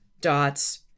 dots